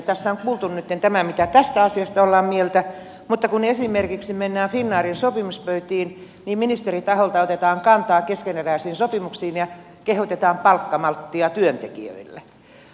tässä on kuultu nytten tämä mitä tästä asiasta ollaan mieltä mutta kun esimerkiksi mennään finnairin sopimuspöytiin niin ministeritaholta otetaan kantaa keskeneräisiin sopimuksiin ja kehotetaan palkkamalttia työntekijöille